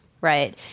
right